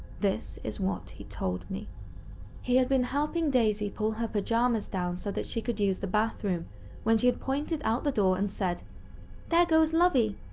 this is what he told me he had been helping daisy pull her pajamas down so she could use the bathroom when she had pointed out the door and said there goes lovie!